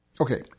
Okay